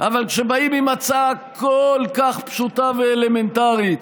אבל כשבאים עם הצעה כל כך פשוטה ואלמנטרית,